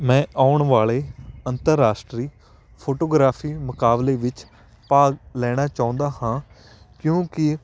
ਮੈਂ ਆਉਣ ਵਾਲੇ ਅੰਤਰਰਾਸ਼ਟਰੀ ਫ਼ੋਟੋਗ੍ਰਾਫ਼ੀ ਮੁਕਾਬਲੇ ਵਿੱਚ ਭਾਗ ਲੈਣਾ ਚਾਹੁੰਦਾ ਹਾਂ ਕਿਉਂਕਿ